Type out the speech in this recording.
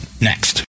next